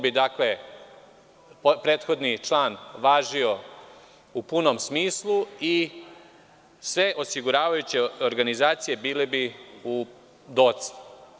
Prethodni član bi važio u punom smislu i sve osiguravajuće organizacije bile bi u docnji.